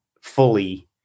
fully